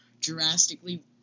drastically